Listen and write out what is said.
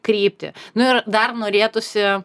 krypti nu ir dar norėtųsi